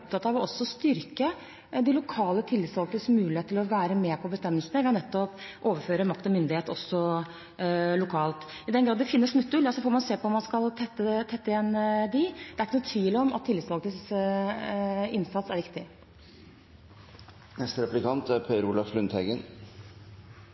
av også å styrke de lokale tillitsvalgtes mulighet til å være med på å bestemme, ved nettopp å overføre makt og myndighet lokalt. I den grad det finnes smutthull, får man se på om man skal tette igjen dem. Det er ikke noen tvil om at tillitsvalgtes innsats er viktig. Det er